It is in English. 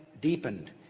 deepened